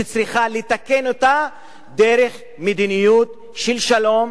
שצריכה לתקן אותה דרך מדיניות של שלום,